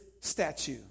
statue